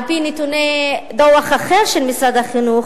על-פי נתוני דוח אחר של משרד החינוך,